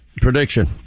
prediction